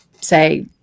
say